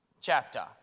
chapter